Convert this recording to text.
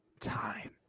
time